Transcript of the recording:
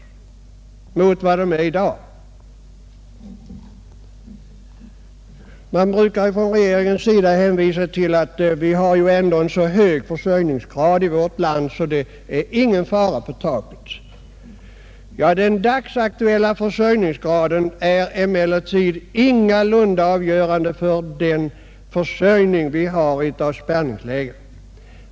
Regeringen brukar hänvisa till att vi har en så hög försörjningsgrad i värt land att det inte är nägon fara på taket. Den dagsaktuella försörjningsgraden är emellertid ingalunda avgörande för den försörjning som vi har i ett avspärrningsläge.